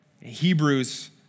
Hebrews